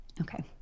Okay